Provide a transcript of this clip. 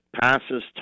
passes